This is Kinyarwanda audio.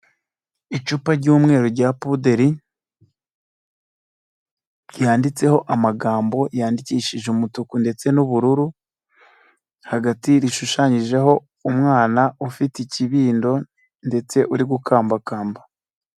Icupa ry'umweru rya pudeli, ryanditseho amagambo yandikishije umutuku ndetse n'ubururu, hagati rishushanyijeho umwana ufite ikibindo ndetse uri gukambakamba.